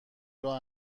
راه